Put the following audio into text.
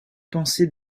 penser